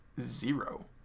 zero